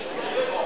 שלכם.